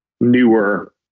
newer